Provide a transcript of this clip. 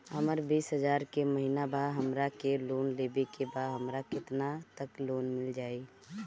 हमर बिस हजार के महिना बा हमरा के लोन लेबे के बा हमरा केतना तक लोन मिल जाई?